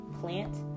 plant